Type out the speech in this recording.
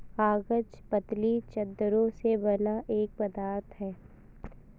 कागज पतली चद्दरों से बना एक पदार्थ है